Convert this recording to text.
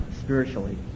spiritually